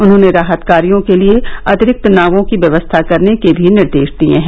उन्होंने राहत कार्यों के लिए अतिरिक्त नावों की व्यवस्था करने के भी निर्देश दिए हैं